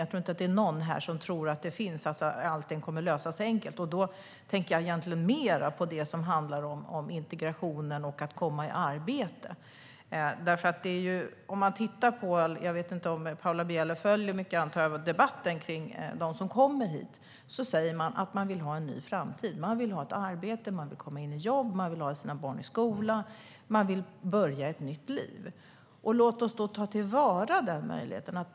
Jag tror inte att det är någon här som tror att allt kommer att lösas enkelt. Då tänker jag egentligen med på det som handlar om integrationen och om att komma i arbete. Jag antar att Paula Bieler följer debatten om dem som kommer hit. De som kommer hit säger att de vill ha en ny framtid. De vill ha ett arbete. De vill komma in i jobb. De vill ha sina barn i skola och börja ett nytt liv. Låt oss då ta vara på den möjligheten.